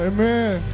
Amen